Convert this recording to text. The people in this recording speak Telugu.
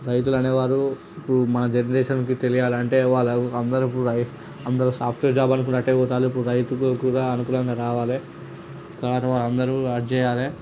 రైతులనే వారు ఇప్పుడు మన జనరేషన్కి తెలియాలంటే వాళ్ళు అందరూ కూడా అందరూ సాఫ్ట్వేర్ జాబ్ అంటూ ఆటే పోతున్నారు కాదు ఇప్పుడు రైతులకు కూడా అనుకూలంగా రావాలి తర్వాత మనమందరూ అది చేయాలి